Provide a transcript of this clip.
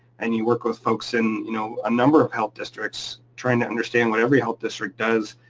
and you work with folks in you know a number of health districts, trying to understand what every health district does,